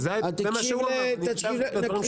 זה מה שאסף אמר, הקשבתי לדברים שהוא אמר.